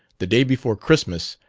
the day before christmas,